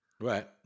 Right